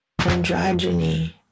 Androgyny